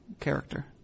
character